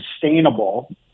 sustainable